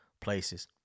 places